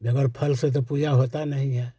बग़ैर फल से तो पूजा होती नहीं है